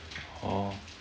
orh